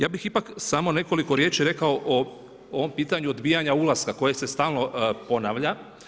Ja bi ipak samo nekoliko riječi rekao o ovom pitanju odbijanja ulaska, koje se stalno ponavlja.